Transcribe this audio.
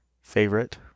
favorite